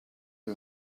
who